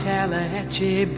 Tallahatchie